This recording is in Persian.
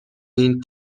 این